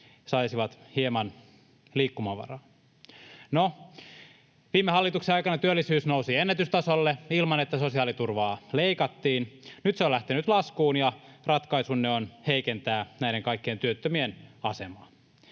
saisivat hieman liikkumavaraa. No, viime hallituksen aikana työllisyys nousi ennätystasolle, ilman että sosiaaliturvaa leikattiin. Nyt se on lähtenyt laskuun, ja ratkaisunne on heikentää näiden kaikkien työttömien asemaa.